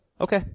Okay